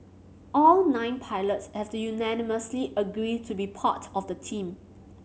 all nine pilots have to unanimously agree to be part of the team